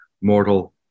mortal